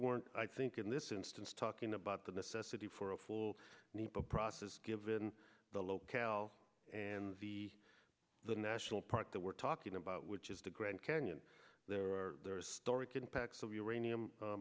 weren't i think in this instance talking about the necessity for a full a process given the locale and the the national park that we're talking about which is the grand canyon there are there are stories in packs of uranium